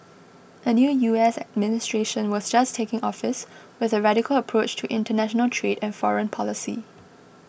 a new U S administration was just taking office with a radical approach to international trade and foreign policy